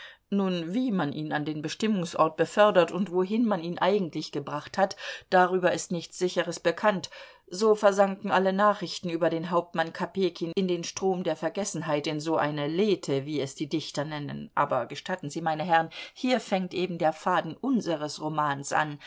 nun wie man ihn an den bestimmungsort befördert und wohin man ihn eigentlich gebracht hat darüber ist nichts sicheres bekannt so versanken alle nachrichten über den hauptmann kopejkin in den strom der vergessenheit in so eine lethe wie es die dichter nennen aber gestatten sie meine herren hier fängt eben der faden unseres romans an